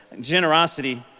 Generosity